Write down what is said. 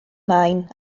main